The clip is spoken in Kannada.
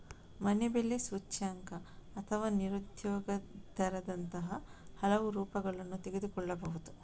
ಮನೆ ಬೆಲೆ ಸೂಚ್ಯಂಕ ಅಥವಾ ನಿರುದ್ಯೋಗ ದರದಂತಹ ಹಲವು ರೂಪಗಳನ್ನು ತೆಗೆದುಕೊಳ್ಳಬಹುದು